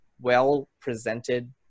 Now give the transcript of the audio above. well-presented